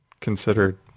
considered